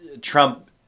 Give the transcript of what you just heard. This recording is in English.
Trump